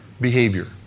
Behavior